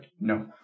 No